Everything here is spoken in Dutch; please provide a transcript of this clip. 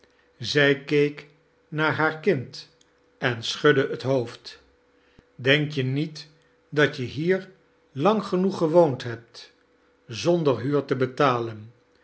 zij keek naar haar kind en schudde het hoofd denk je met dat je liier lang genoeg giewoond hebt zonder huur te betalen